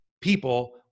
people